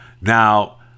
Now